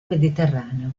mediterraneo